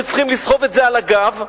שצריכים לסחוב את זה על הגב,